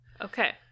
Okay